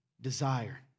desire